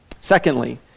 Secondly